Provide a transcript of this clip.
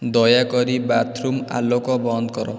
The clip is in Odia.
ଦୟାକରି ବାଥରୁମ ଆଲୋକ ବନ୍ଦ କର